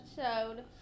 episode